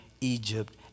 Egypt